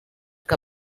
que